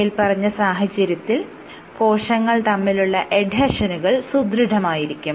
മേല്പറഞ്ഞ സാഹചര്യത്തിൽ കോശങ്ങൾ തമ്മിലുള്ള എഡ്ഹെഷനുകൾ സുദൃഢമായിരിക്കും